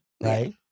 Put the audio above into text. right